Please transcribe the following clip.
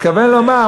הוא התכוון לומר,